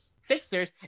Sixers